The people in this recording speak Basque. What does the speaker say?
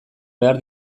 behar